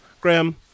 Graham